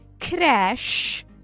crash